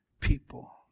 people